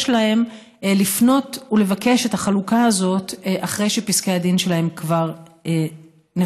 להם לפנות ולבקש את החלוקה הזאת אחרי שפסקי הדין שלהם כבר נחתמו.